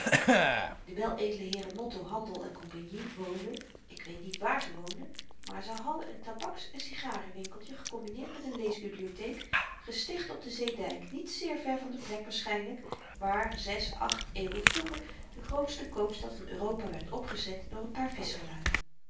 de weledele heeren motto handel cie woonden ik weet niet waar ze woonden maar ze hadden n tabaks en sigarenwinkeltje gekombineerd met n leesbibliotheek gesticht op den zeedyk niet zeer ver van de plek waarschynlyk waar zes acht eeuwen vroeger de grootste koopstad van europa werd opgezet door n paar visscherlui